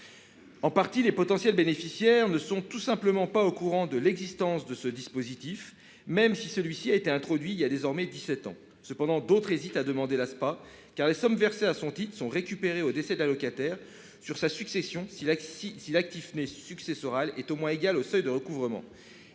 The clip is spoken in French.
Une partie des potentiels bénéficiaires ne sont tout simplement pas au courant de l'existence de ce dispositif, même si celui-ci a été introduit il y a désormais dix-sept ans. D'autres hésitent à demander l'Aspa, car les sommes versées à ce titre sont récupérées au décès de l'allocataire sur sa succession si l'actif net successoral est au moins égal au seuil de recouvrement.